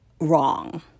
wrong